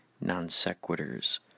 non-sequiturs